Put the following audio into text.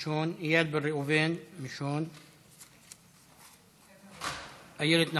מיש הון, איל בן ראובן, מיש הון, איילת נחמיאס,